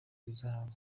ihazabu